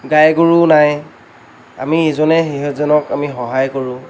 গাই গৰু নাই আমি ইজনে সিজনক সহায় কৰোঁ